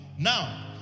Now